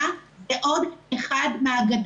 מאוד פשוט.